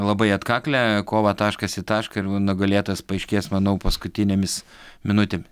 labai atkaklią kovą taškas į tašką ir nugalėtojas paaiškės manau paskutinėmis minutėm